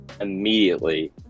immediately